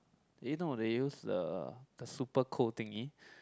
eh no they use the the super cold thingy